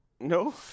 No